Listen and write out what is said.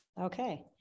Okay